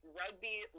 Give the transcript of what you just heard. rugby